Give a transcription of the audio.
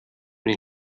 den